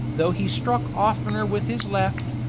though he struck oftener with his left,